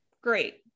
Great